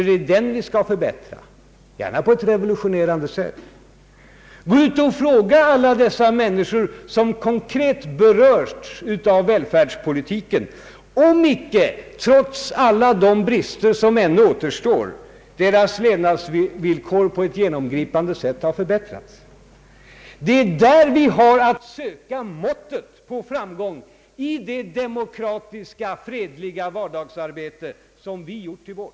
Det är den vi skall förbättra, gärna på ett revolutionerande sätt. Gå ut och fråga alla dessa människor som konkret har berörts av välfärdspolitiken om icke, trots alla brister som ännu återstår, deras levnadsvillkor på ett genomgripande sätt har förbättrats. Det är där vi har att söka måttet på framgång i det demokratiska fredliga vardagsarbete som vi gjort till vårt.